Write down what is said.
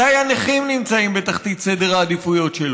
הנכים בוודאי נמצאים בתחתית סדר העדיפויות שלו.